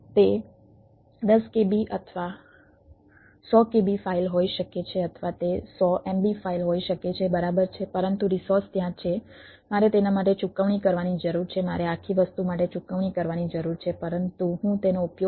તે 10 KB અથવા 100 KB file હોઈ શકે છે અથવા તે 100 MB ફાઇલ હોઈ શકે છે બરાબર છે પરંતુ રિસોર્સ ત્યાં છે મારે તેના માટે ચૂકવણી કરવાની જરૂર છે મારે આખી વસ્તુ માટે ચૂકવણી કરવાની જરૂર છે પરંતુ હું તેનો ઉપયોગ કરવા સક્ષમ છું